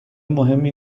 مهمی